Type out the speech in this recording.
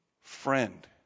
friend